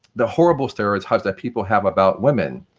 the horrible stereotypes that people have about women.